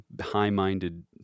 high-minded